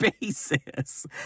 basis